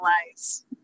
analyze